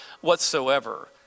whatsoever